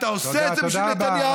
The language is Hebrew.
אתה עושה את זה בשביל נתניהו.